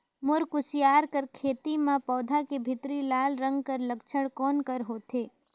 मोर कुसियार कर खेती म पौधा के भीतरी लाल रंग कर लक्षण कौन कर होथे?